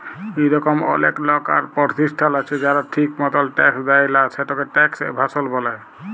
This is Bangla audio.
ইরকম অলেক লক আর পরতিষ্ঠাল আছে যারা ঠিক মতল ট্যাক্স দেয় লা, সেটকে ট্যাক্স এভাসল ব্যলে